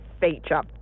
feature